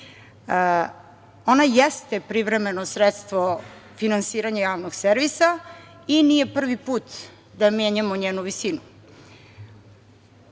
Ona jeste privremeno sredstvo finansiranje Javnog servisa i nije prvi put da menjamo njenu visinu. Imamo